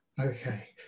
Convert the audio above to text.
Okay